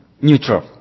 Neutral